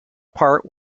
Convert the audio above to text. part